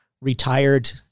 retired